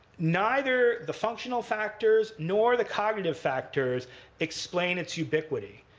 neither the functional factors nor the cognitive factors explain its ubiquity.